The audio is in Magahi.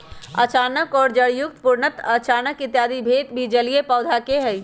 अचानक और जड़युक्त, पूर्णतः अचानक इत्यादि भेद भी जलीय पौधवा के हई